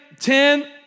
Ten